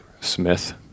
smith